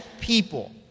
people